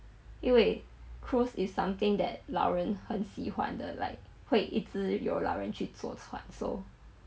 因为 cruise is something that 老人很喜欢的 like 会一直有老人去坐船 so